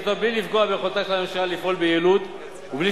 וזאת מבלי לפגוע ביכולתה של הממשלה לפעול ביעילות ומבלי